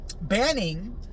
banning